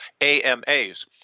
AMAs